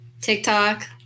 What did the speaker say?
TikTok